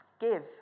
Give